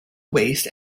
waist